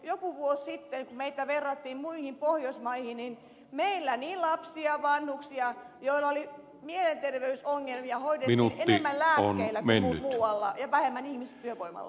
joku vuosi sitten kun meitä verrattiin muihin pohjoismaihin meillä lapsia ja vanhuksia joilla oli mielenterveysongelmia hoidettiin enemmän lääkkeillä kuin muualla ja vähemmän ihmistyövoimalla